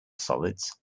solids